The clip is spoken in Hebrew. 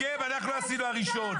את ההסכם אנחנו עשינו הראשון,